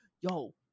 yo